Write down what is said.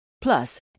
plus